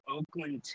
Oakland